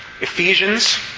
Ephesians